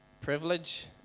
privilege